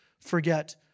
forget